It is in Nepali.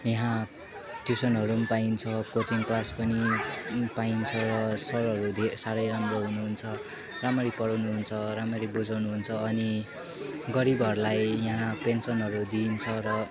यहाँ ट्युसनहरूम् पाइन्छ कोचिङ क्लास पनि पाइन्छ सरहरू धेरै सारै राम्रो हुनुहुन्छ राम्ररी पढाउनुहुन्छ राम्ररी बुजाउनुहुन्छ अनि गरिबहरूलाई यहाँ पेन्सनहरू दिइन्छ र